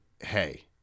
hey